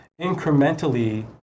incrementally